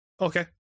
okay